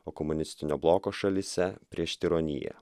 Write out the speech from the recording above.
o komunistinio bloko šalyse prieš tironiją